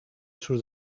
sus